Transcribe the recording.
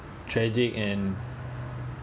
tragic and